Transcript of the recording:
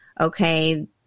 okay